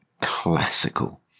classical